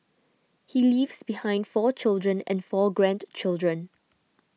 he leaves behind four children and four grandchildren